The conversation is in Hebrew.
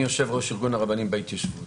אני יושב-ראש ארגון הרבנים בהתיישבות.